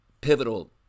pivotal